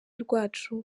rwacu